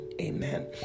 amen